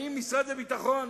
האם משרד הביטחון